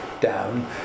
Down